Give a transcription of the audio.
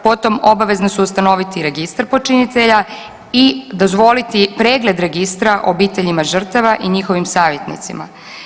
Potom obavezne su ustanoviti registar počinitelja i dozvoliti pregled registra obiteljima žrtava i njihovim savjetnicima.